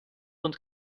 und